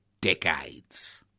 decades